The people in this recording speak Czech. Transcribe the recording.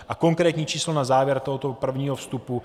A konkrétní číslo na závěr tohoto prvního vstupu.